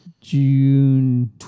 June